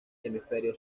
hemisferio